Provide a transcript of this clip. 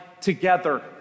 together